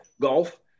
Golf